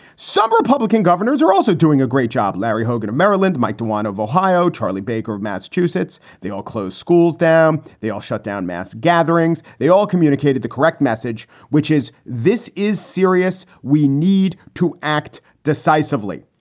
some republican governors are also doing a great job. larry hogan of maryland, mike dewine of ohio, charlie baker of massachusetts. they all closed schools down. they all shut down mass gatherings. they all communicated the correct message, which is this is serious. we need to act decisively.